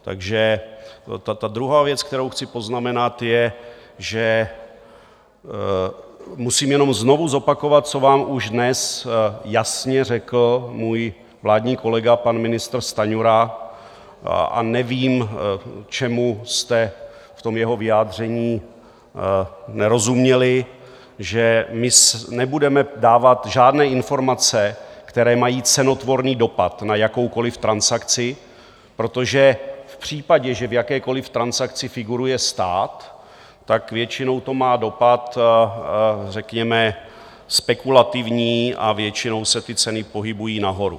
Takže ta druhá věc, kterou chci poznamenat, je, že musím jenom znovu zopakovat, co vám už dnes jasně řekl můj vládní kolega, pan ministr Stanjura, a nevím, čemu jste v tom jeho vyjádření nerozuměli, že my nebudeme dávat žádné informace, které mají cenotvorný dopad na jakoukoliv transakci, protože v případě, že v jakékoliv transakci figuruje stát, tak většinou to má dopad, řekněme, spekulativní a většinou se ty ceny pohybují nahoru.